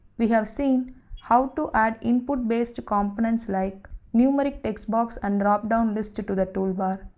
we have seen how to add input based components like numeric textbox and dropdown list to to the toolbar.